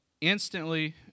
instantly